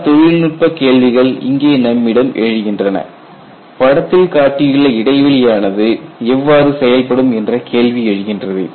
பல தொழில்நுட்ப கேள்விகள் இங்கே நம்மிடம் எழுகின்றன படத்தில் காட்டியுள்ள இடைவெளி ஆனது எவ்வாறு செயல்படும் என்ற கேள்வி எழுகின்றது